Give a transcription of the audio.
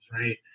right